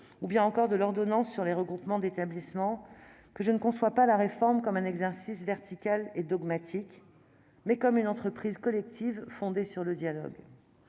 ou bien encore de l'ordonnance sur les regroupements d'établissements, que je conçois la réforme, non pas comme un exercice vertical et dogmatique, mais plutôt comme une entreprise collective fondée sur le dialogue.